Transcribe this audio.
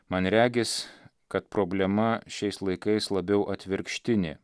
man regis kad problema šiais laikais labiau atvirkštinė